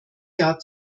jahr